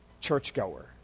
churchgoer